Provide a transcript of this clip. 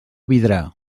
vidrà